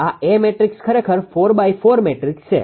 આ A matrix ખરેખર 4×4 matrix છે